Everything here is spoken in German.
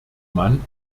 mann